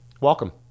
welcome